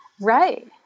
Right